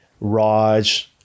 Raj